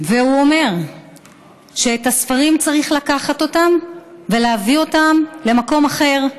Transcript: והוא אומר שאת הספרים צריך לקחת ולהביא אותם למקום אחר.